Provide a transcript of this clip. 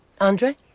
Andre